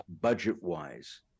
budget-wise